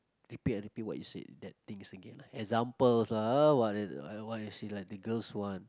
repeat and repeat what you say that thing again examples lah ah what the girls want